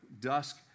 dusk